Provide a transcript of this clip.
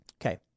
Okay